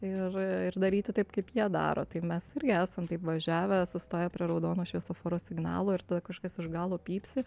ir ir daryti taip kaip jie daro tai mes irgi esam taip važiavę sustoję prie raudono šviesoforo signalo ir kažkas už galo pypsi